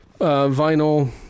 vinyl